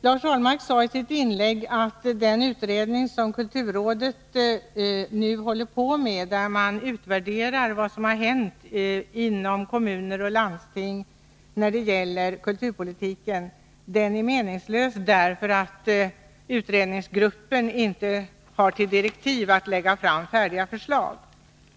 Lars Ahlmark sade i sitt inlägg att den utredning som kulturrådet nu håller på med och där man utvärderar vad som har hänt inom kommuner och landsting när det gäller kulturpolitiken är meningslös, därför att utredningsgruppen inte har till direktiv att lägga fram färdiga förslag.